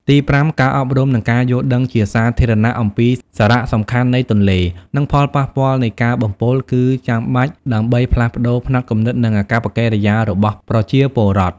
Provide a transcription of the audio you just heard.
ទីប្រាំ ការអប់រំ និងការយល់ដឹងជាសាធារណៈអំពីសារៈសំខាន់នៃទន្លេ និងផលប៉ះពាល់នៃការបំពុល គឺចាំបាច់ដើម្បីផ្លាស់ប្តូរផ្នត់គំនិត និងអាកប្បកិរិយារបស់ប្រជាពលរដ្ឋ។